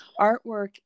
artwork